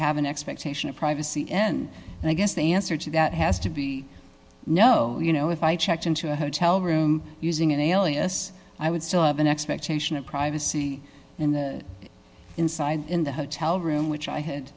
have an expectation of privacy end and i guess the answer to that has to be no you know if i checked into a hotel room using an alias i would still have an expectation of privacy in the inside in the hotel room which i had